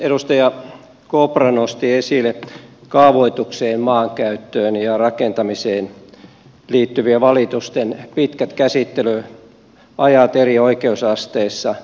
edustaja kopra nosti esille kaavoitukseen maankäyttöön ja rakentamiseen liittyvien valitusten pitkät käsittelyajat eri oikeusasteissa